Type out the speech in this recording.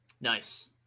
Nice